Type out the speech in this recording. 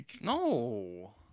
No